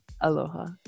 Aloha